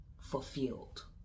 fulfilled